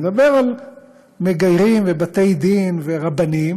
אני מדבר על מגיירים ובתי-דין ורבנים